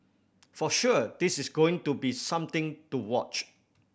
for sure this is going to be something to watch